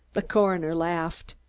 the coroner laughed.